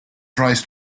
tries